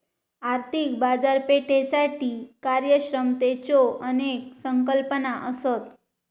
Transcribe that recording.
आर्थिक बाजारपेठेसाठी कार्यक्षमतेच्यो अनेक संकल्पना असत